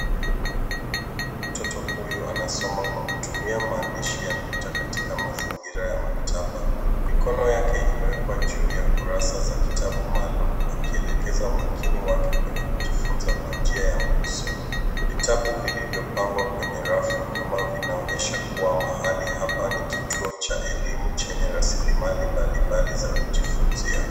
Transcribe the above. Mtoto huyu anasoma kwa kutumia maandishi ya nukta katika mazingira ya maktaba. Mikono yake imewekwa juu ya kurasa za kitabu maalum akielekeza umakini wake kwenye kujifunza kwa njia ya mguso. Vitabu vilivyopangwa kwenye rafu nyuma vinaonyesha kuwa mahali hapa ni kituo cha elimu yenye rasilimali mbalimbali za kujifunzia.